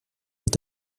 est